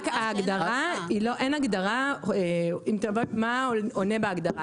אין הגדרה מה עונה בהגדרה.